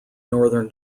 northern